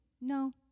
No